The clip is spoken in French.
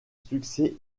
succès